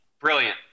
Brilliant